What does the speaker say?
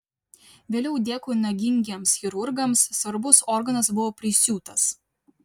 vėliau dėkui nagingiems chirurgams svarbus organas buvo prisiūtas